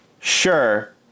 Sure